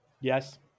Yes